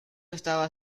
estaba